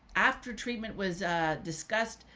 after treatment was discussed,